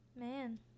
Man